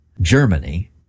Germany